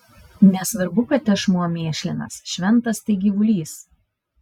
nesvarbu kad tešmuo mėšlinas šventas tai gyvulys